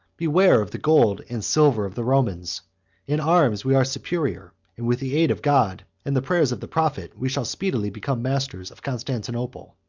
beware of the gold and silver of the romans in arms we are superior and with the aid of god, and the prayers of the prophet, we shall speedily become masters of constantinople.